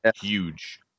huge